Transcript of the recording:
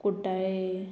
कुठ्ठाळे